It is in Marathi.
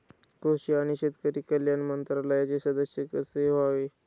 कृषी आणि शेतकरी कल्याण मंत्रालयाचे सदस्य कसे व्हावे?